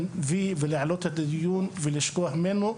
וי על שהעליתי את הנושא ואז לשכוח ממנו.